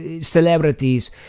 celebrities